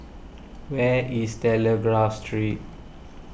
where is Telegraph Street